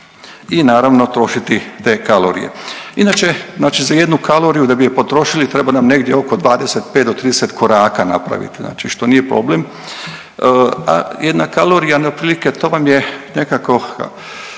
i naravno trošiti te kalorije. Inače znači za jednu kaloriju da bi je potrošili treba nam negdje oko 25 do 30 koraka napraviti, znači što nije problem, a jedna kalorija otprilike to vam je nekako